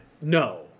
No